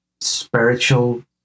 spiritual